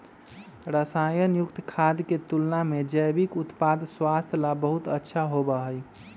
रसायन युक्त खाद्य के तुलना में जैविक उत्पाद स्वास्थ्य ला बहुत अच्छा होबा हई